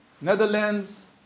Netherlands